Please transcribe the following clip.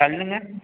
கல்லுங்க